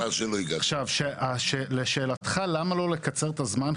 עכשיו, לשאלתך, למה לא לקצר את הזמן.